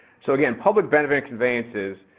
so again, public benefit conveyances.